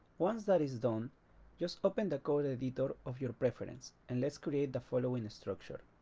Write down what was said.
once that is done just open the code editor of your preference and let's create the following structure